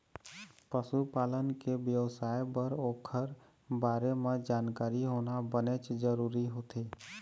पशु पालन के बेवसाय बर ओखर बारे म जानकारी होना बनेच जरूरी होथे